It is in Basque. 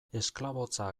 esklabotza